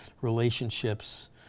relationships